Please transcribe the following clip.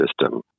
system